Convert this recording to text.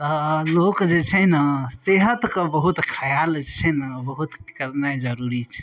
तऽ लोक जे छै ने सेहतके बहुत ख्याल छै ने बहुत करनाइ बहुत जरुरी छै